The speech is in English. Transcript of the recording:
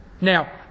Now